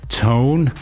tone